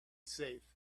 safe